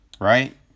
right